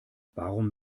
warum